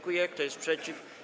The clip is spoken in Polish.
Kto jest przeciw?